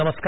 नमस्कार